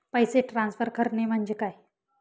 पैसे ट्रान्सफर करणे म्हणजे काय?